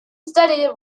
steady